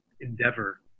endeavor